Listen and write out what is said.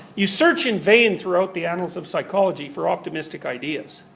you search in vain throughout the annals of psychology for optimistic ideas.